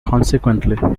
consequently